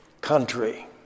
country